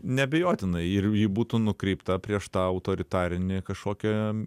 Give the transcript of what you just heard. neabejotinai ir ji būtų nukreipta prieš tą autoritarinį kažkokią